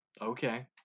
Okay